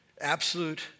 Absolute